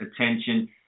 attention